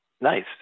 Nice